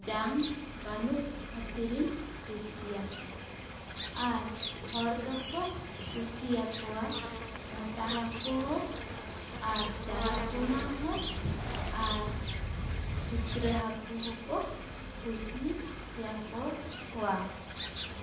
ᱡᱟᱝ ᱵᱟᱹᱱᱩᱜ ᱠᱷᱟᱹᱛᱤᱨ ᱤᱧ ᱠᱩᱥᱤᱭᱟᱠᱚᱣᱟ ᱟᱨ ᱦᱚᱲ ᱫᱚᱠᱚ ᱠᱩᱥᱤᱭᱟᱠᱚᱣᱟ ᱢᱚᱴᱟ ᱦᱟᱹᱠᱩ ᱦᱚ ᱟᱨ ᱪᱟᱨᱟᱯᱳᱱᱟ ᱦᱚ ᱟᱨ ᱠᱩᱪᱨᱟ ᱦᱟᱹᱠᱩ ᱦᱚᱠᱚ ᱠᱩᱥᱤᱭᱟᱠᱚᱣᱟ